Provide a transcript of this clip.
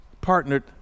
partnered